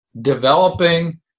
developing